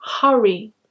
hurry